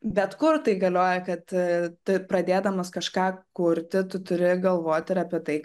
bet kur tai galioja kad pradėdamas kažką kurti tu turi galvot ir apie tai